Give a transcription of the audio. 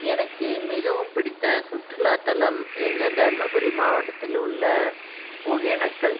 எனக்கு மிகவும் பிடித்த சுற்றுலாத்தலம் எங்கள் தர்மபுரி மாவட்டத்தில் உள்ள ஒகேனக்கல்